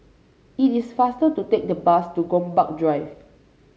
it is faster to take the bus to Gombak Drive